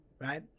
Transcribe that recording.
right